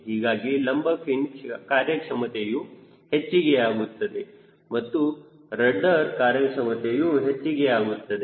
ಹೀಗಾಗಿ ಲಂಬ ಫಿನ್ ಕಾರ್ಯಕ್ಷಮತೆಯು ಮೆಚ್ಚಿಗೆಯಾಗುತ್ತದೆ ಮತ್ತು ರಡ್ಡರ್ ಕಾರ್ಯಕ್ಷಮತೆಯು ಮೆಚ್ಚಿಗೆಯಾಗುತ್ತದೆ